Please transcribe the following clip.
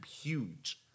huge